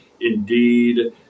indeed